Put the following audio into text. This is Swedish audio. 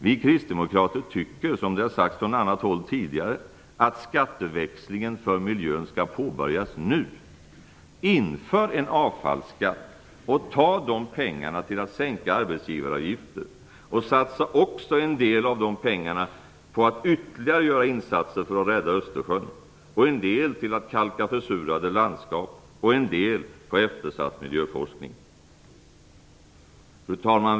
Vi kristdemokrater tycker, som det har sagts från annat håll tidigare, att skatteväxlingen för miljön skall påbörjas nu. Inför en avfallsskatt och ta de pengarna till att sänka arbetsgivaravgifter. Satsa också en del av de pengarna på ytterligare insatser för att rädda Östersjön och en del på att kalka försurade landskap och på eftersatt miljöforskning. Fru talman!